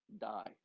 Die